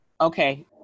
okay